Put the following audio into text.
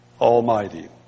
Almighty